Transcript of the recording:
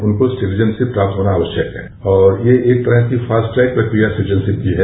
उनको सिटीजनशिप प्राप्त होना आवश्यक है और यह एक तरह की फास्ट्रेक प्रक्रिया जब से श्रू की है